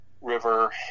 river